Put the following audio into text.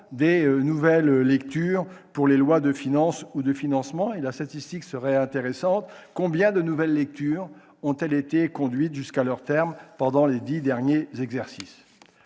des nouvelles lectures pour les lois de finances ou de financement de la sécurité sociale. Combien de nouvelles lectures ont-elles été conduites jusqu'à leur terme au cours des dix derniers exercices ?